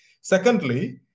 Secondly